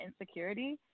insecurity